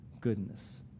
goodness